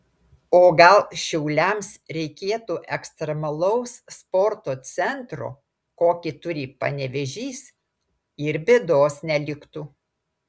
o gal šiauliams reikėtų ekstremalaus sporto centro kokį turi panevėžys ir bėdos neliktų